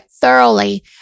thoroughly